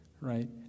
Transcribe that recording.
right